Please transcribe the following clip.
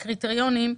קריטריונים,